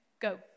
Go